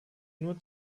nur